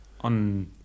On